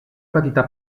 petita